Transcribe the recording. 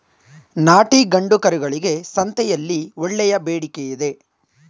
ನಾಟಿ ಗಂಡು ಕರುಗಳಿಗೆ ಸಂತೆಯಲ್ಲಿ ಒಳ್ಳೆಯ ಬೇಡಿಕೆಯಿದೆ